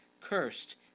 Cursed